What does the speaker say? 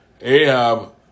Ahab